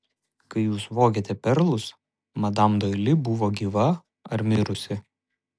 kai jūs vogėte perlus madam doili buvo gyva ar mirusi